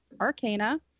arcana